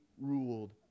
ruled